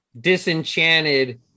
disenchanted